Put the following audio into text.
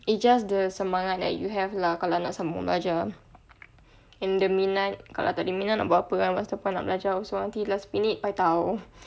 it's just the semangat that you have lah kalau nak sambung balik belajar and the minat kalau tak ada minat nak buat apa kan what's the point nak belajar nanti last minute paitao